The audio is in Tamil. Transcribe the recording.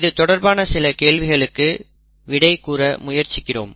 இது தொடர்பான சில கேள்விகளுக்கு விடை கூற முயற்சிக்கிறோம்